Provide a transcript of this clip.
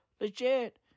Legit